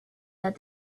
that